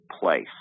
place